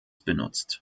benutzt